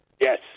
Yes